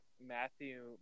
Matthew